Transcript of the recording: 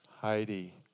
Heidi